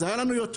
אז היה לנו יותר